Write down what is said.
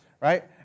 right